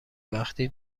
وقتی